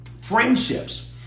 friendships